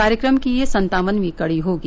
कार्यक्रम की यह सत्तावनवीं कड़ी होगी